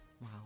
Wow